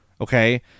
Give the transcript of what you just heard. Okay